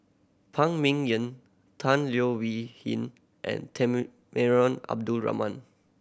Phan Ming Yen Tan Leo Wee Hin and Temenggong Abdul Rahman